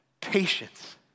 patience